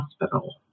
hospital